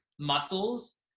muscles